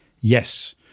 yes